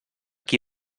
qui